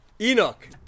Enoch